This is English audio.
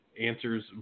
answers